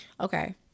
Okay